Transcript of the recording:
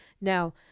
Now